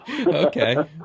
Okay